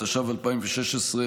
התשע"ו 2016,